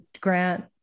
Grant